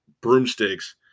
broomsticks